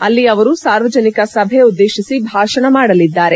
ಅಲ್ಲಿ ಅವರು ಸಾರ್ವಜನಿಕ ಸಭೆ ಉದ್ದೇಶಿಸಿ ಭಾಷಣ ಮಾಡಲಿದ್ದಾರೆ